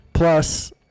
Plus